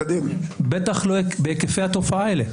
בטח לא בהיקפי התופעה האלה.